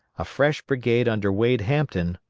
a fresh brigade under wade hampton,